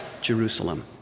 Jerusalem